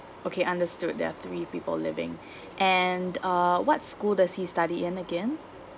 okay understood there are three people living and uh what school does he study in again